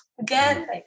Again